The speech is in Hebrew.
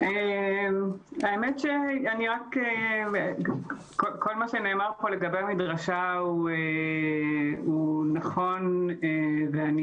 האמת שכל מה שנאמר פה לגבי המדרשה הוא נכון ואני